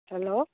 hello